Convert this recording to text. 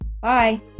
Bye